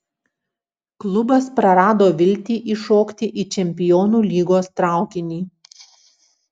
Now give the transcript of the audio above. klubas prarado viltį įšokti į čempionų lygos traukinį